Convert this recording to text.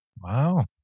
wow